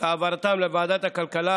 והעברתם לוועדת הכלכלה,